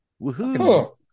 Woohoo